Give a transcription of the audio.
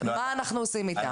מה אנחנו עושים איתם?